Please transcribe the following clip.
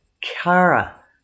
Kara